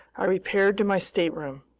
i repaired to my stateroom.